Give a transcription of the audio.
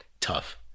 tough